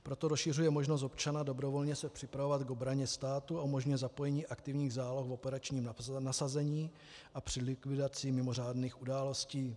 Proto rozšiřuje možnost občana dobrovolně se připravovat k obraně státu a umožňuje zapojení aktivních záloh v operačním nasazení a při likvidaci mimořádných událostí.